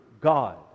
God